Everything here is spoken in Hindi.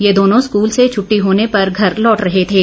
ये दोनों स्कूल से छटटी होने पर घर लौट रहे थे